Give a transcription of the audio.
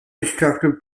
destructive